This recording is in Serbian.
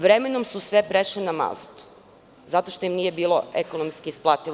Vremenom su sve prešle na mazut zato što im nije bilo ekonomski isplativo.